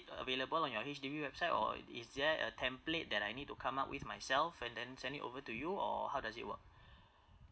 available on your H_D_B website or is there a template that I need to come up with myself and then send it over to you or how does it work